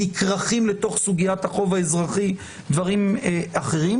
נכרכים לתוך סוגיית החוב האזרחי דברים אחרים,